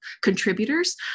contributors